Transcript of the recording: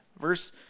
Verse